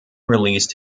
released